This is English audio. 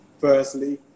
firstly